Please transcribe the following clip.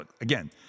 again